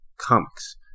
comics